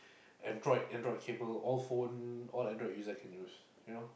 Android Android cable all phone all Android user can use